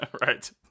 Right